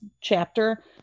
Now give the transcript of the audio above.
chapter